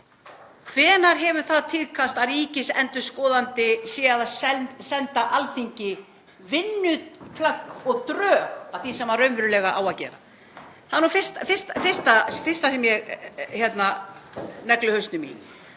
Hvenær hefur það tíðkast að ríkisendurskoðandi sé að senda Alþingi vinnuplagg og drög að því sem hann raunverulega á að gera? Það er nú það fyrsta hérna sem ég negli hausnum í.